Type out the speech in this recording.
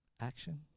action